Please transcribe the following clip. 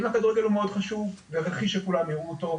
אם הכדורגל הוא מאוד חשוב זה הכרחי שכולם יראו אותו,